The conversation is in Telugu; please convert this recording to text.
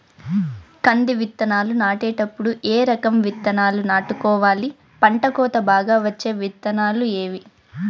కంది విత్తనాలు నాటేటప్పుడు ఏ రకం విత్తనాలు నాటుకోవాలి, పంట కోత బాగా వచ్చే విత్తనాలు ఏవీ?